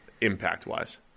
impact-wise